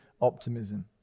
optimism